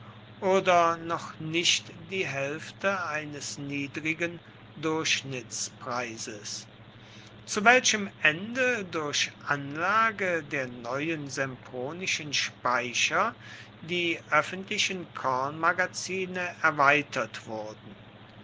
oder noch nicht die hälfte eines niedrigen durchschnittspreises zu welchem ende durch anlage der neuen sempronischen speicher die öffentlichen kornmagazine erweitert wurden